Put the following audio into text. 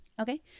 okay